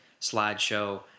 slideshow